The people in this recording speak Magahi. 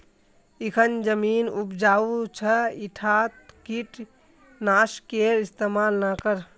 इखन जमीन उपजाऊ छ ईटात कीट नाशकेर इस्तमाल ना कर